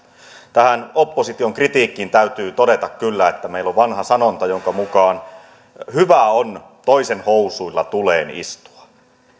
tähän opposition kritiikkiin täytyy todeta kyllä että meillä on vanha sanonta jonka mukaan hyvä on toisen housuilla tuleen istua